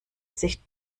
sich